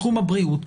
בתחום הבריאות,